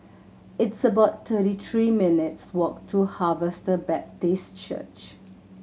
it's about thirty three minutes' walk to Harvester Baptist Church